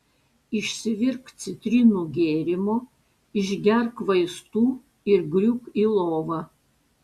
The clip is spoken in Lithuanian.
išsivirk citrinų gėrimo išgerk vaistų ir griūk į lovą